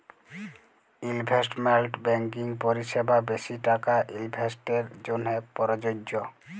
investment banking পরিসেবা বেশি টাকা ইলভেস্টের জ্যনহে পরযজ্য